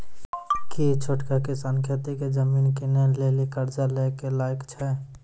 कि छोटका किसान खेती के जमीन किनै लेली कर्जा लै के लायक छै?